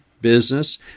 business